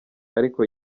ariko